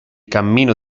cammino